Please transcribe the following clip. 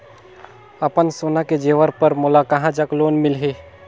अपन सोना के जेवर पर मोला कहां जग लोन मिलही?